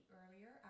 earlier